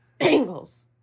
Angles